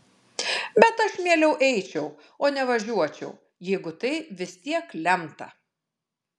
bet aš mieliau eičiau o ne važiuočiau jeigu tai vis tiek lemta